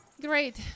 Great